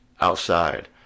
outside